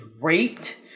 raped